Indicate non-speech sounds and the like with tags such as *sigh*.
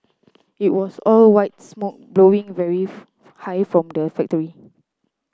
it was all white smoke blowing very *unintelligible* high from the factory